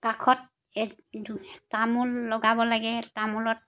কাষত এক দুই তামোল লগাব লাগে তামোলত